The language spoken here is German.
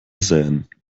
sähen